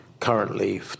Currently